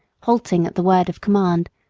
halting at the word of command,